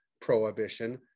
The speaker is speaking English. prohibition